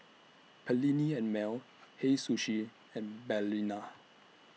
Perllini and Mel Hei Sushi and Balina